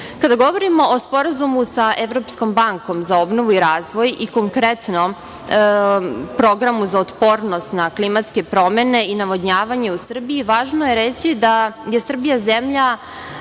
govorimo o Sporazumu sa Evropskom bankom za obnovu i razvoj i konkretno programu za otpornost na klimatske promene i navodnjavanje u Srbiji, važno je reći da je Srbija zemlja